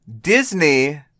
Disney